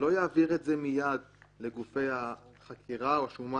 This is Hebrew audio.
שלא יעביר את זה מיד לגופי החקירה או השומה